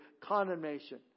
condemnation